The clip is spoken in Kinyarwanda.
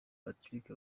patrick